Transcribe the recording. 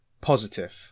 positive